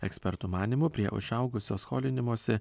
ekspertų manymu prie išaugusio skolinimosi